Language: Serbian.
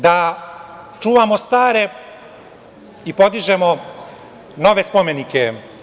Da čuvamo stare i podižemo nove spomenike.